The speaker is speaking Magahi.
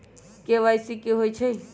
के.वाई.सी कि होई छई?